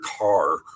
car